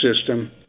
system